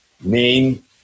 name